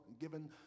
given